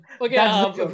okay